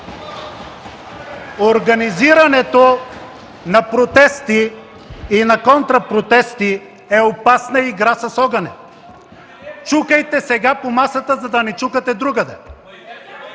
Организирането на протести и на контрапротести е опасна игра с огъня. Чукайте сега по масата, за да не чукате другаде!